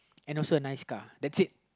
and also a nice car that's it